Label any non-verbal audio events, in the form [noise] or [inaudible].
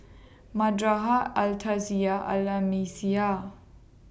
[unintelligible] Al [unintelligible] Al Islamiah